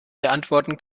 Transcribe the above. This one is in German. beantworten